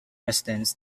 residents